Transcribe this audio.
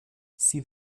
sie